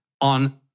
on